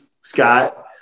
Scott